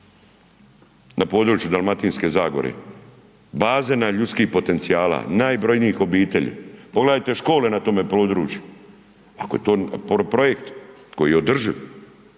na području Dalmatinske zagore bazena ljudskih potencijala, najbrojnijih obitelji. Pogledajte škole na tome području, ako je to projekt koji je održiv